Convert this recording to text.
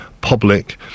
public